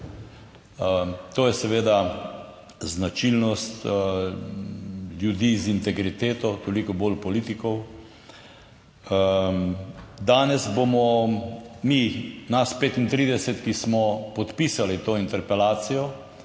To je seveda značilnost ljudi z integriteto, toliko bolj politikov. Danes bomo mi, nas 35, ki smo podpisali to interpelacijo,